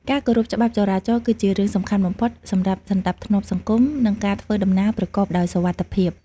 ការគោរពច្បាប់ចរាចរណ៍គឺជារឿងសំខាន់បំផុតសម្រាប់សណ្តាប់ធ្នាប់សង្គម និងការធ្វើដំណើរប្រកបដោយសុវត្ថិភាព។